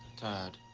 tired.